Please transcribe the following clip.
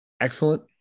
excellent